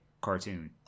cartoon